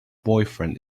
boyfriend